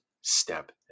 step